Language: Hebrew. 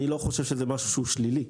אני לא חושב שזה משהו שהוא שלילי.